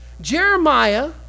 Jeremiah